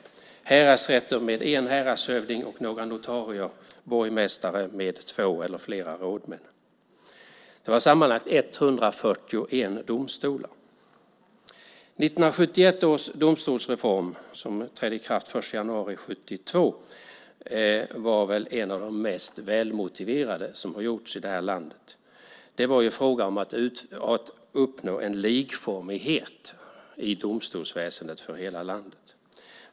Det var häradsrätter med en häradshövding och några notarier och rådhusrätter med borgmästare med två eller flera rådman. Det var sammanlagt 141 domstolar. Den 1 januari 1972 trädde 1971 års domstolsreform i kraft. Det var väl en av de mest välmotiverade som gjorts i det här landet. Det var fråga om att uppnå en likformighet i domstolsväsendet för hela landet.